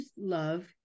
love